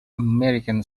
american